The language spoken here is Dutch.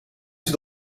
zit